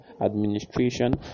administration